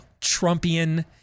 Trumpian